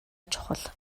чухал